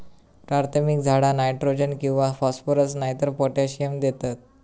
प्राथमिक झाडा नायट्रोजन किंवा फॉस्फरस नायतर पोटॅशियम देतत